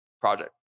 project